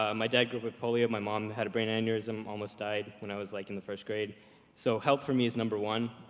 um my dad grew up with polio, my mom had a brain aneurysm almost died when i was like in the first grade so help for me is number one,